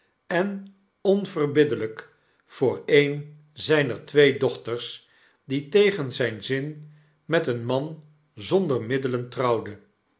en onverbiddelyk voor een zijner twee dochters die tegen zyn zin met een man zonder middelen trouwde